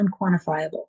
unquantifiable